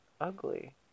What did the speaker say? ugly